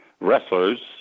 wrestlers